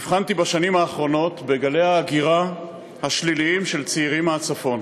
הבחנתי בשנים האחרונות בגלי ההגירה השליליים של צעירים מהצפון.